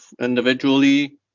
individually